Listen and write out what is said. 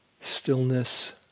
stillness